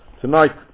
tonight